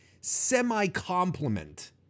semi-compliment